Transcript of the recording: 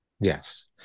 Yes